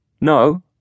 No